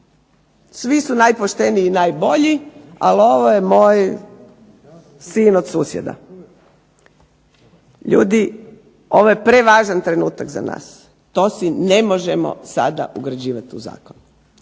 svi su najpošteniji i najbolji, ali ovo je moj sin od susjeda. Ljudi ovo je prevažan trenutak za nas, to si ne možemo sada ugrađivati u zakon.